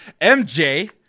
MJ